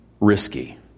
risky